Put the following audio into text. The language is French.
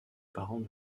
parents